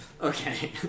Okay